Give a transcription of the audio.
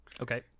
okay